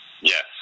Yes